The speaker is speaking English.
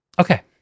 Okay